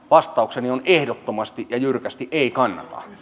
vastaukseni on ehdottomasti ja jyrkästi ei kannata